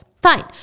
Fine